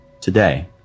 Today